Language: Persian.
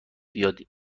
بیاد